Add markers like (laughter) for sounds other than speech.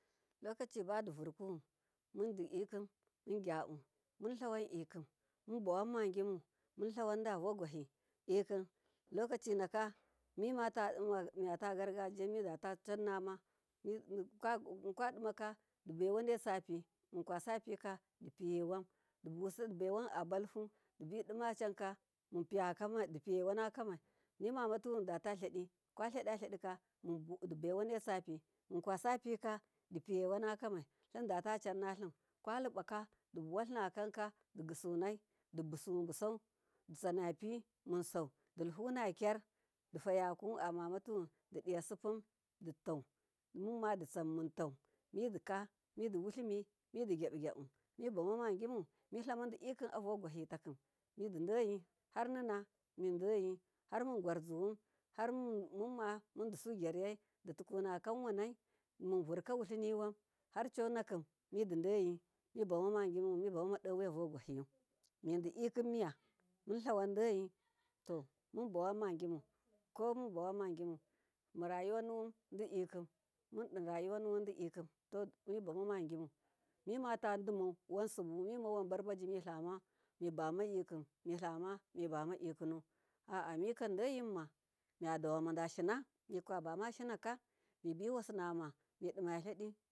Lokaci badi vurkuwun mundiɗikin mun gyaɓu mulawan ɗikim munbawanma gyimu mun lawanda vogwahi ehikim lokaci daka miyata gargajiya miyata chamnama, (hesitation) kwadima dibaine sapi munkwasapika dipiyewan dibaiwan abaluhu dibidimae anke dipiyewana komai nimamatuwun dataladi kwalidalidika di baiwane sapi mukasapika, dipiye wana kamai linda tacannalim kwalibaka dibuwalinnaka digisunai dibu suwun busau ditsana pimunsau dilihun agyar difayaku a mamatuwun didisipun ditau mumma ditsannuwun muntau midika midiwulimi gyabugyabu mibamu magyimu mididikin a vogwahitakinkin mididoyi harnina harmun gyarziwun harmumma mungwar ziwun mudusugyar yai ditukunakanwa nai mivurka wuliminima, harconakim mididoyi mibamagimu mibamamadowiya vogwahiyu mididikin niya mulawandoyi, to munbawanmagimu rayuwanu wun didikin rayuwanu wun didikin, mundiravuwanuwun didikin mibama magimu mimatadimau wansibu mimawanbarbaju milama mibama milamamibamadikinu a a mikan devinma muyadawama dashina mikabama shinaka midima lidi.